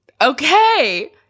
okay